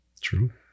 True